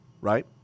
right